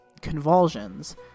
convulsions